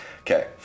Okay